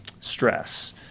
stress